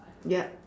yup